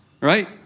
right